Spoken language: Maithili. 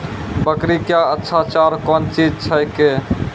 बकरी क्या अच्छा चार कौन चीज छै के?